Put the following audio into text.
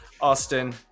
Austin